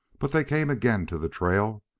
but they came again to the trail,